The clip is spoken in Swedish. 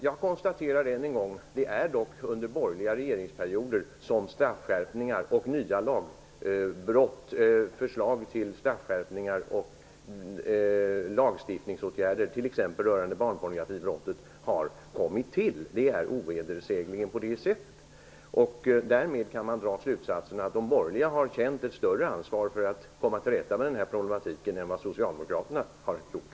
Jag konstaterar än en gång att det är under borgerliga regeringsperioder som straffskärpningar och förslag till lagstiftningsåtgärder t.ex. rörande barnpornografibrott har kommit till. Det är ovedersägligen på det sättet. Därmed kan man dra slutsatsen att de borgerliga har känt ett större ansvar för att komma till rätta med denna problematik än vad socialdemokraterna har gjort.